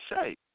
say